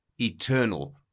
eternal